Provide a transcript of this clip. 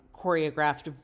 choreographed